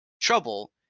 trouble